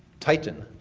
titan,